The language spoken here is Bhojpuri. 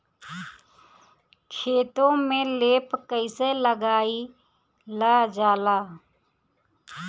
खेतो में लेप कईसे लगाई ल जाला?